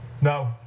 No